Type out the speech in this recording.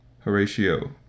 Horatio